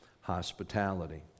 hospitality